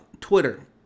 Twitter